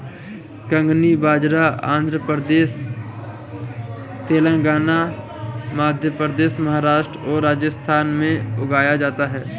कंगनी बाजरा आंध्र प्रदेश, तेलंगाना, मध्य प्रदेश, महाराष्ट्र और राजस्थान में उगाया जाता है